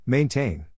Maintain